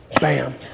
Bam